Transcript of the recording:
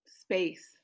space